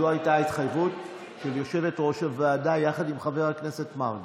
זו הייתה ההתחייבות של יושבת-ראש הוועדה עם חבר הכנסת מרגי.